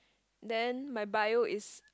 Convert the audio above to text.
then my bio is